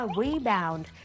rebound